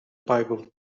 bible